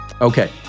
Okay